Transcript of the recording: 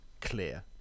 clear